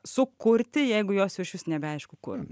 sukurti jeigu jos jau išvis nebeaišku kur